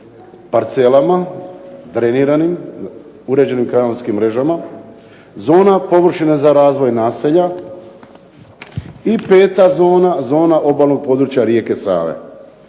parcelama, treviranim, uređenim kanjonskim mrežama, zona površine za razvoj naselja. I peta zona, zona obalnog područja rijeke Save.